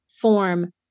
form